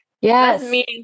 Yes